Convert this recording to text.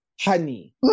Honey